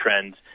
trends